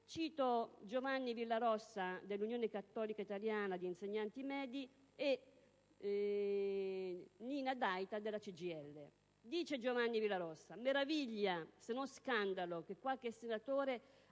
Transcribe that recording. Giovanni Villarossa, dell'Unione cattolica italiana di insegnanti medi (UCIIM) e Nina Daita, della CGIL. Dice Giovanni Villarossa: «Suscita meraviglia, se non scandalo che qualche senatore